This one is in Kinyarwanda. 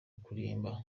kurimba